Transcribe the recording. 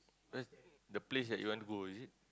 that the place that you want to go is it